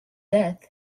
death